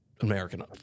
American